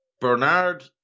Bernard